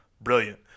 Brilliant